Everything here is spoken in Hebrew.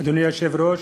אדוני היושב-ראש,